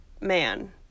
man